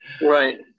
right